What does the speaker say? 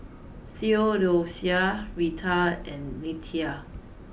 Theodocia Retha and Nettie